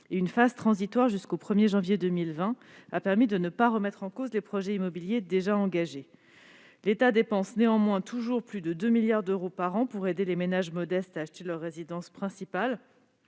une phase transitoire, jusqu'au 1 janvier 2020, a permis de ne pas remettre en cause les projets immobiliers déjà engagés. L'État dépense néanmoins toujours plus de 2 milliards d'euros par an pour aider les ménages modestes à acheter leur résidence principale.